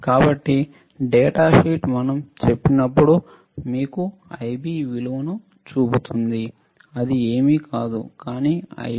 కాబట్టి data sheet మేము చెప్పినప్పుడు మీకు Ib విలువను చూపుతుంది అది ఏమీ కాదు కానీ Ib1 Ib2 2